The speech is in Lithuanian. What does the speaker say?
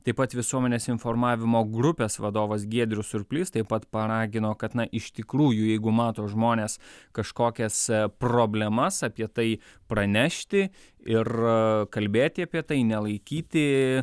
taip pat visuomenės informavimo grupės vadovas giedrius surplys taip pat paragino kad na iš tikrųjų jeigu mato žmonės kažkokias problemas apie tai pranešti ir kalbėti apie tai nelaikyti